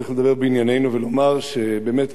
צריך לדבר בענייננו ולומר שבאמת,